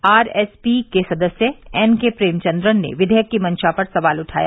are S P के सदस्य N K Premachandran ने विधेयक की मंशा पर सवाल उठाया